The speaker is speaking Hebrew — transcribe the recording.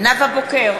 נאוה בוקר,